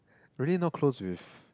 really not close with